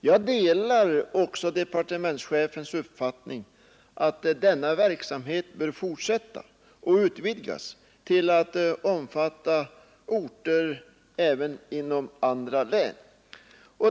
Jag delar också departementschefens uppfattning att denna verksamhet bör fortsätta och utvidgas till att omfatta orter även inom andra län.